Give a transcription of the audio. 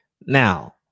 Now